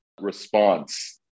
response